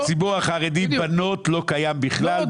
בציבור החרדי לבנות לא קיים בכלל.